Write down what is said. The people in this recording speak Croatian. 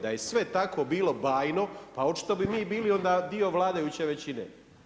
Da je sve tako bilo bajno, pa očito bi mi bili dio vladajuće većine.